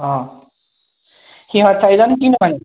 অঁ সিহঁত চাৰিজন কিনো মানে